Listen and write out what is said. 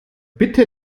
bitte